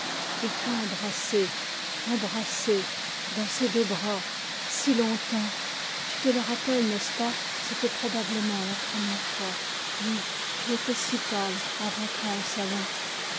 il t'a embrassée embrassée dans ses deux bras si longtemps tu te le rappelles n'est-ce pas c'était probablement la première fois oui tu étais si pâle en rentrant au salon